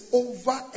over